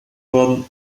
worden